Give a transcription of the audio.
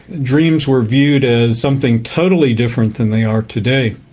dreams were viewed as something totally different than they are today.